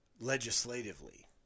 legislatively